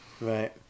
Right